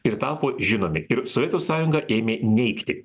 ir tapo žinomi ir sovietų sąjunga ėmė neigti